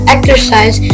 exercise